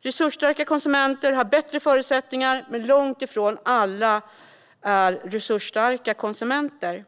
Resursstarka konsumenter har bättre förutsättningar, men långt ifrån alla är resursstarka konsumenter.